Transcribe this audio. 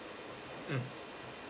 mm